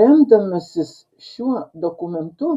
remdamasis šiuo dokumentu